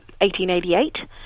1888